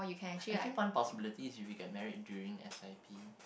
actually one possibility is if we get married during S_I_P